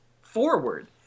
forward